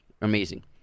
Amazing